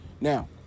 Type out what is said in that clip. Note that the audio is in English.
Now